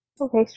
Okay